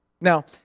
Now